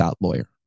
lawyer